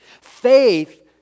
Faith